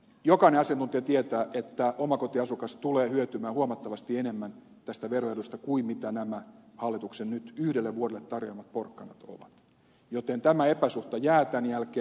jokainen asiantuntija tietää että omakotiasukas tulee hyötymään huomattavasti enemmän tästä veroedusta kuin mitä nämä hallituksen nyt yhdelle vuodelle tarjoamat porkkanat ovat joten tämä epäsuhta jää tämän jälkeen